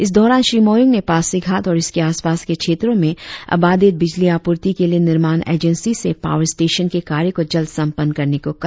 इस दौरान श्री मोयोंग ने पासीघाट और इसके आसपास के क्षेत्रों में अबाधित बिजली आपूर्ति के लिए निर्माण एजेंसी से पावर स्टेशन के कार्य को जल्द संपन्न करने को कहा